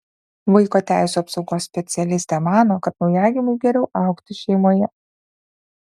vaiko teisių apsaugos specialistė mano kad naujagimiui geriau augti šeimoje